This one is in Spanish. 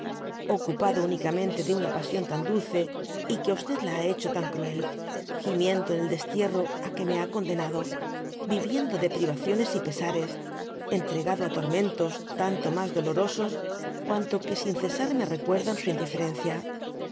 ocupado únicamente de una pasión tan dulce y que á la ha hecho tan cruel gimiendo en el destierro á que me ha condenado yiyiendo de priyaciones y pesares entregado á tormentos tanto mas dolorosos cuanto que sin cesar me recuerdan su indiferencia